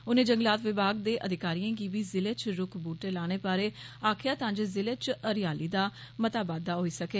उनें जंगलात विभाग दे अधिकारिएं गी बी जिले च रूख वूहटे लाने बारै आक्खेआ तां जे जिले च हरियाली दा मता बाद्दा होई सकै